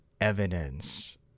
evidence